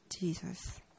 Jesus